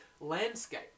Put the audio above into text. landscape